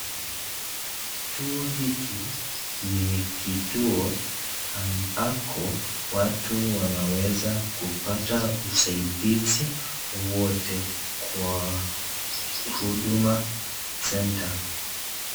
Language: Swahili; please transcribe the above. Kituo hiki ni kituo ambako watu wanaweza kupata usaidizi wowote kwa Huduma Centre.